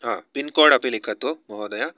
pincode अपि लिखतु महोदय